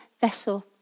vessel